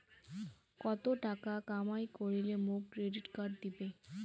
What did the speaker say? কত টাকা কামাই করিলে মোক ক্রেডিট কার্ড দিবে?